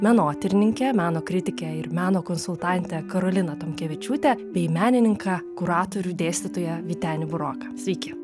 menotyrininkę meno kritikę ir meno konsultantę karolina tomkevičiūtę bei menininką kuratorių dėstytoją vytenį buroką sveiki